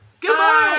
goodbye